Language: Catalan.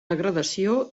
degradació